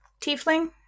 tiefling